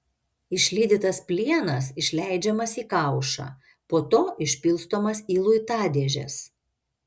išlydytas plienas išleidžiamas į kaušą po to išpilstomas į luitadėžes